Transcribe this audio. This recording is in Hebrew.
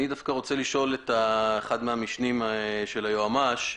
אני דווקא רוצה לשאול את אחד מהמשנים של היועמ"ש,